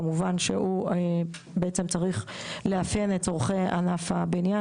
שהוא בעצם צריך לאפיין את צורכי ענף הבניין